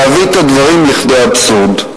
להביא את הדברים לכדי אבסורד.